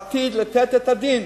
עתיד לתת את הדין.